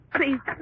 Please